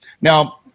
Now